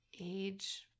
age